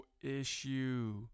issue